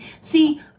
See